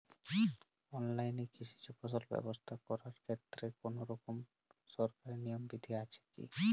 অনলাইনে কৃষিজ ফসল ব্যবসা করার ক্ষেত্রে কোনরকম সরকারি নিয়ম বিধি আছে কি?